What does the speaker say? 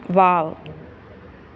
wow